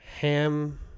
Ham